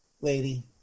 Lady